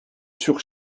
sur